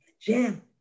jam